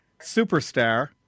Superstar